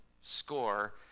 score